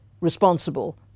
responsible